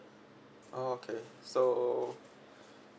oh okay so